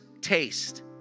taste